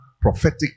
prophetic